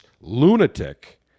lunatic